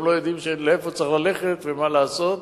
הם לא יודעים לאן צריך ללכת ומה לעשות.